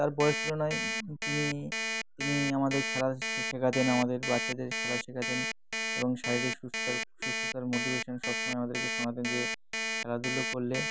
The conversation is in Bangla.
তার বয়স তুলনায় তিনি তিনি আমাদের খেলা শেখাতেন আমাদের বাচ্চাদের খেলা শেখাতেন এবং শারীরিক সুস্থতার সুস্থতার মোটিভেশান সব সময় আমাদেরকে শোনাতেন যে খেলাধুলো করলে